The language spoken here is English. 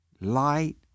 light